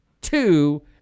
two